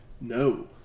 No